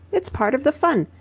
it's part of the fun.